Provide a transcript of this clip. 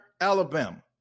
Alabama